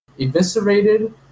eviscerated